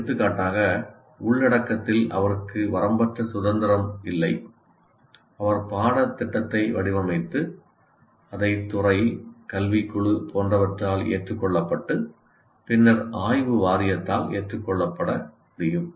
எடுத்துக்காட்டாக உள்ளடக்கத்தில் அவருக்கு வரம்பற்ற சுதந்திரம் இல்லை அவர் பாடத்திட்டத்தை வடிவமைத்து அதை துறை கல்விக் குழு போன்றவற்றால் ஏற்றுக்கொள்ளப்பட்டு பின்னர் ஆய்வு வாரியத்தால் ஏற்றுக்கொள்ளப்பட முடியும்